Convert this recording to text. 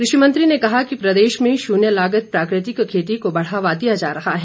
कृषि मंत्री ने कहा कि प्रदेश में शून्य लागत प्राकृतिक खेती को बढ़ावा दिया जा रहा है